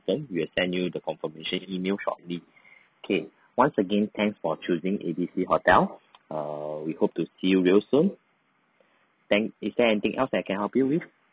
~firmed we will send you the confirmation email shortly okay once again thanks for choosing A B C hotel err we hope to see real soon thank is there anything else I can help you with